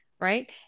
Right